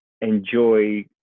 enjoy